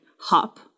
hop